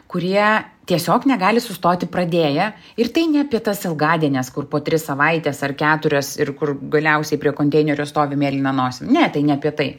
kurie tiesiog negali sustoti pradėję ir tai ne apie tas ilgadienes kur po tris savaites ar keturias ir kur galiausiai prie konteinerio stovi mėlyna nosim ne tai ne apie tai